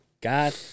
God